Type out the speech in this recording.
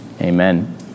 Amen